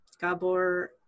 Gabor